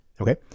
Okay